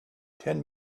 ten